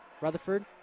Rutherford